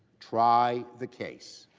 try the case.